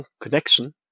Connection